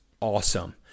awesome